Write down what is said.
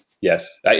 Yes